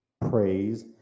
praise